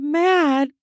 mad